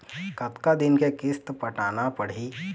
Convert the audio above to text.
कतका दिन के किस्त पटाना पड़ही?